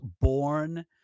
born